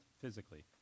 physically